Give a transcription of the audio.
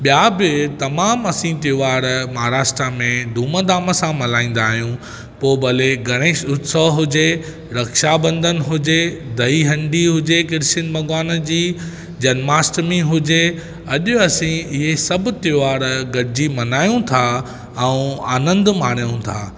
ॿियां बि तमामु असी त्योहार महाराष्ट्र में धूमधाम सां मल्हाईंदा आहियूं पोइ भले गणेश उत्सव हुजे रक्षाबंधन हुजे दही हंडी हुजे कृष्ण भॻवान जी जन्माष्टमी हुजे अॼु असी इहे सभु त्योहार गॾिजी मल्हायूं था ऐं आनंदु माणियूं था